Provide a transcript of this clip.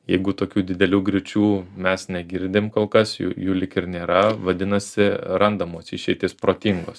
jeigu tokių didelių griūčių mes negirdim kol kas jų jų lyg ir nėra vadinasi randamos išeitys protingos